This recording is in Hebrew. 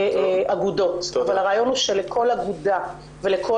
סוף-סוף אנחנו מתקנים את התקנות האלה ועושים את